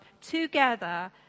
together